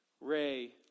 Ray